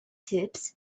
tips